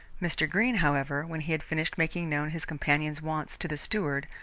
mr. greene, however, when he had finished making known his companion's wants to the steward,